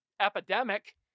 epidemic